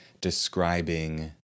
describing